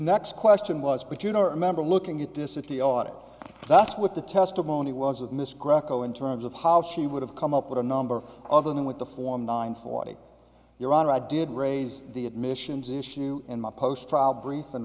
next question was but you know remember looking at this if the audit that's what the testimony was of miss greco in terms of how she would have come up with a number other than with the form nine forty your honor i did raise the admissions issue in my post trial brief in